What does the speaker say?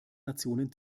nationen